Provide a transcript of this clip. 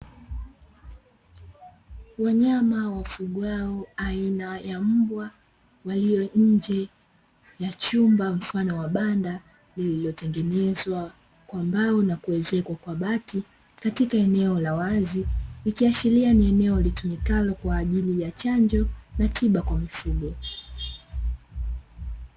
Wanyama wafugwao aina ya mbwa walio nje ya chumba mfano wa banda lililotengenezwa kwa mbao na kuezekwa bati katika eneo la wazi, ikiashiria ni eneo litumikalo kwa ajili ya chanjo na tiba kwa mifugo.